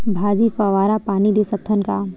भाजी फवारा पानी दे सकथन का?